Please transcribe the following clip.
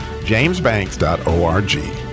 jamesbanks.org